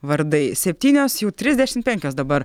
vardai septynios jau trisdešimt penkios dabar